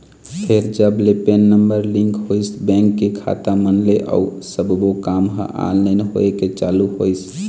फेर जब ले पेन नंबर लिंक होइस बेंक के खाता मन ले अउ सब्बो काम ह ऑनलाइन होय के चालू होइस